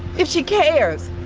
if she cares,